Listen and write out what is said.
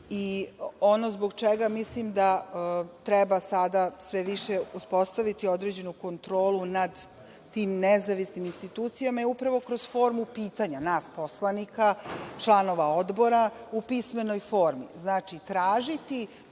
i ono zbog čega mislim da treba sada sve više uspostaviti određenu kontrolu nad tim nezavisnim institucijama je upravo kroz formu pitanja nas poslanika, članova odbora, u pismenoj formi.